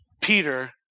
Peter